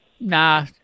Nah